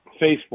Facebook